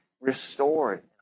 restored